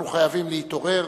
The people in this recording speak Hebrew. אנחנו חייבים להתעורר